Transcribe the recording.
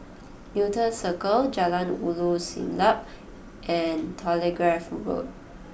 Newton Circus Jalan Ulu Siglap and Telegraph Road